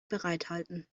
bereithalten